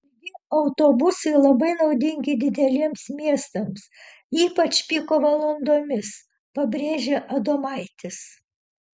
ilgi autobusai labai naudingi dideliems miestams ypač piko valandomis pabrėžė adomaitis